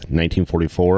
1944